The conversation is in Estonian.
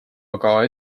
aga